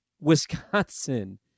Wisconsin